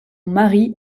mari